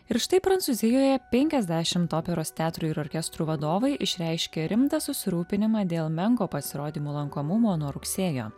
ir štai prancūzijoje penkiasdešimt operos teatrų ir orkestrų vadovai išreiškė rimtą susirūpinimą dėl menko pasirodymo lankomumo nuo rugsėjo